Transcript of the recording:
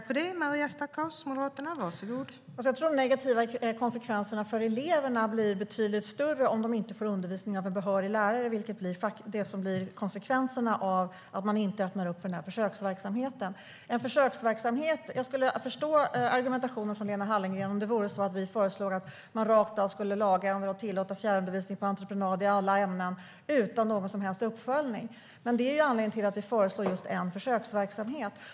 Fru talman! Jag tror att de negativa konsekvenserna för eleverna blir betydligt större om de inte får undervisning av en behörig lärare, vilket blir följden om man inte öppnar för denna försöksverksamhet. Jag skulle förstå Lena Hallengrens argumentation om det vore så att vi rakt av föreslog en lagändring och att man tillät fjärrundervisning på entreprenad i alla ämnen utan någon som helst uppföljning. Det vi föreslår är dock en försöksverksamhet.